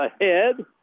Ahead